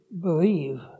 believe